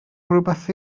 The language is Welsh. rywbeth